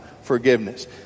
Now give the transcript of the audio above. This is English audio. forgiveness